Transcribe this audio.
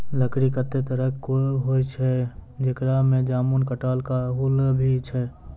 लकड़ी कत्ते तरह केरो होय छै, जेकरा में जामुन, कटहल, काहुल भी छै